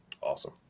Awesome